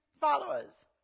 followers